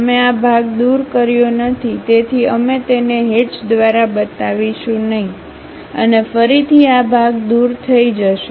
અમે આ ભાગ દૂર કર્યો નથી તેથી અમે તેને હેચ દ્વારા બતાવીશું નહીં અને ફરીથી આ ભાગ દૂર થઈ જશે